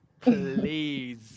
Please